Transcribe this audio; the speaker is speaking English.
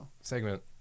Segment